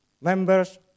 members